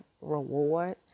reward